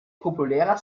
populärer